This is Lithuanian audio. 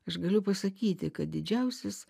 aš galiu pasakyti kad didžiausias